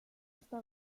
esta